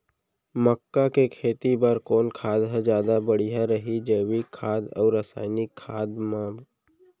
मक्का के खेती बर कोन खाद ह जादा बढ़िया रही, जैविक खाद अऊ रसायनिक खाद मा?